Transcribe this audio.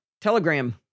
Telegram